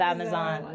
Amazon